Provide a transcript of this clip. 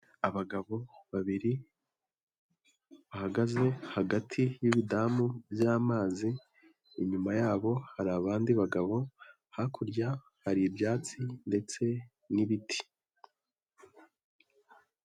Abagabo babiri bahagaze hagati y'ibidamu by'amazi. Inyuma yabo hari abandi bagabo. Hakurya hari ibyatsi ndetse n'ibiti.